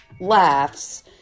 laughs